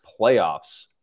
playoffs